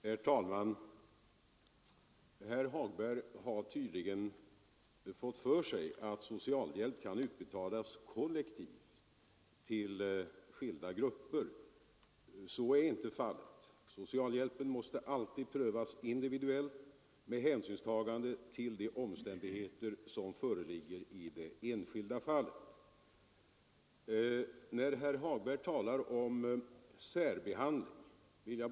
Herr talman! Herr Hagberg talar om särbehandling. Han har tydligen fått för sig att socialhjälp kan utbetalas kollektivt till skilda grupper. Så är inte fallet. Socialhjälpen måste alltid prövas individuellt med hänsynstagande till de omständigheter som föreligger i det enskilda fallet.